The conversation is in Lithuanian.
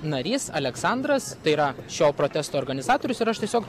narys aleksandras tai yra šio protesto organizatorius ir aš tiesiog